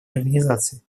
организации